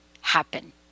happen